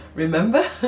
remember